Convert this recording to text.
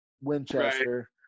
Winchester